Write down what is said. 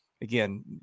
again